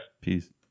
Peace